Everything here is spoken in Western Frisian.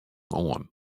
oan